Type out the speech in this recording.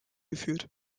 geführt